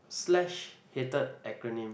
slash hated acronym